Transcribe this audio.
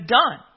done